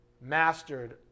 mastered